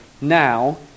now